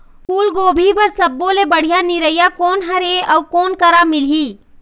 फूलगोभी बर सब्बो ले बढ़िया निरैया कोन हर ये अउ कोन करा मिलही?